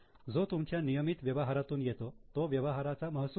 जो तुमच्या नियमित व्यवहारातून येतो तो व्यवहाराचा महसूल आहे